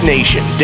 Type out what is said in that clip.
Nation